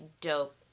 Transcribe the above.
dope